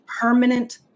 permanent